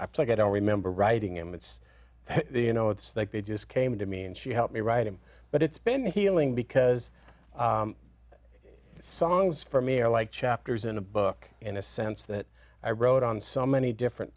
like i don't remember writing him it's you know it's like they just came to me and she helped me write it but it's been a healing because songs for me are like chapters in a book in a sense that i wrote on so many different